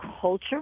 culture